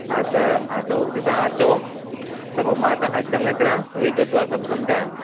हा त हा त हुते तव्हां अचो त पोइ मां तव्हां खे चङे तरह विगत्व सभु सम्झायांव